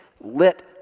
lit